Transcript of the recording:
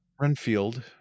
renfield